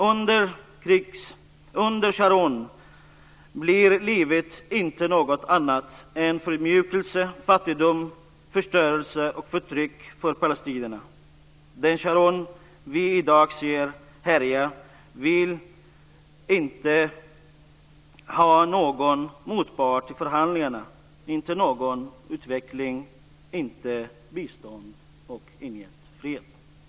Under Sharon blir livet inte något annat än förödmjukelse, fattigdom, förstörelse och förtryck för palestinierna. Den Sharon vi i dag ser härja vill inte ha någon motpart i förhandlingarna, inte någon utveckling, inte något bistånd och ingen fred.